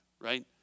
right